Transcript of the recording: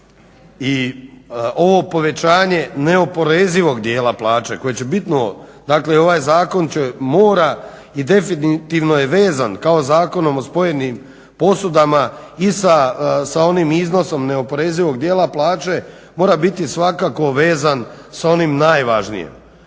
i ovo povećanje neoporezivog dijela plaće koje će bitno, dakle ovaj zakon mora i definitivno je vezan kao zakonom o spojenim posudama i sa onim iznosom neoporezivog dijela plaće mora biti svakako vezan sa onim najvažnijim,